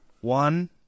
One